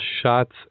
shots